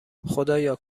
خدایا